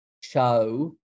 show